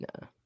No